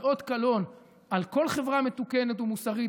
זה אות קלון על כל חברה מתוקנת ומוסרית,